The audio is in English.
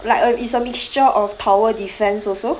like a is a mixture of tower defence also